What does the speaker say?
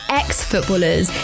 ex-footballers